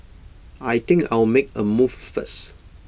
I think I'll make A move first